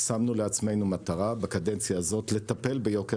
שמנו לעצמנו מטרה בקדנציה הזו לטפל ביוקר